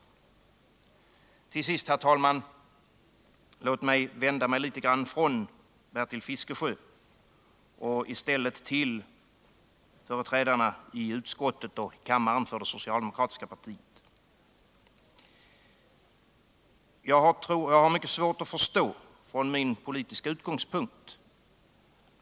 Låt mig till sist, herr talman, vända mig litet grand från Bertil Fiskesjö och i stället till företrädarna i utskottet och i kammaren för det socialdemokratiska partiet.